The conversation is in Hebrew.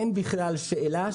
אין בכלל שאלה.